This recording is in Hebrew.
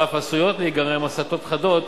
ואף עשויות להיגרם הסטות חדות